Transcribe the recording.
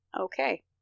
okay